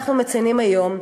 אנחנו מציינים היום,